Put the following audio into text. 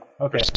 Okay